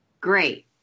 Great